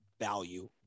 value